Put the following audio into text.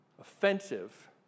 offensive